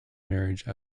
marriage